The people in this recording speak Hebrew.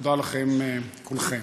תודה לכם כולכם.